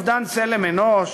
"לא עוד אובדן צלם אנוש",